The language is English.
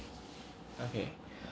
okay